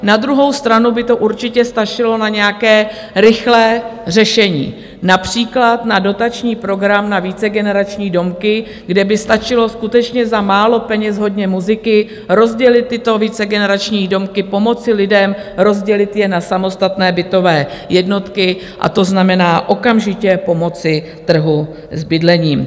Na druhou stranu by to určitě stačilo na nějaké rychlé řešení, například na dotační program na vícegenerační domky, kde by stačilo skutečně za málo peněz hodně muziky rozdělit tyto vícegenerační domky, pomoci lidem rozdělit je na samostatné bytové jednotky, a to znamená okamžitě pomoci trhu s bydlením.